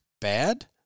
bad